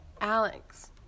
Alex